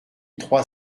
trois